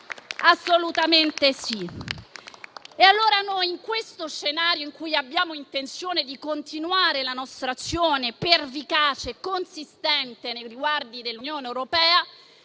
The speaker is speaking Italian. Assolutamente sì. In questo scenario, in cui abbiamo intenzione di continuare la nostra azione pervicace e consistente nei riguardi dell'Unione europea,